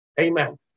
Amen